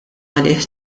għalih